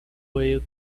whale